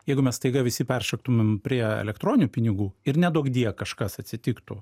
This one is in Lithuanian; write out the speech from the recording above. jeigu mes staiga visi peršoktumėm prie elektroninių pinigų ir neduokdie kažkas atsitiktų